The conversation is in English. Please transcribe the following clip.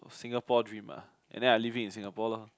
Singapore dream ah and then I live it in Singapore lor